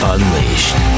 Unleashed